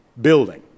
building